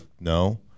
no